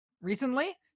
Recently